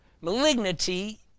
malignity